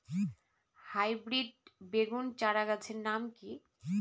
Hybrid বেগুন চারাগাছের নাম কি?